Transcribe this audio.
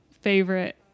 favorite